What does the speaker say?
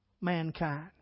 mankind